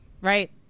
Right